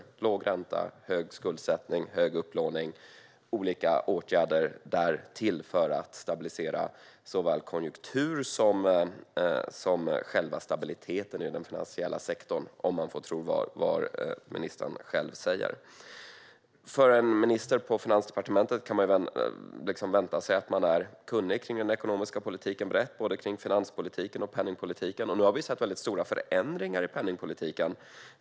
Det handlar om låg ränta, hög skuldsättning, hög upplåning och därtill olika åtgärder för att stabilisera såväl konjunkturen som själva den finansiella sektorn, om man får tro vad ministern själv säger. Man kan förvänta sig att en minister på Finansdepartementet ska ha bred kunskap om den ekonomiska politiken, både finanspolitiken och penningpolitiken. Penningpolitiken har vi nu sett väldigt stora förändringar i.